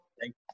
Thank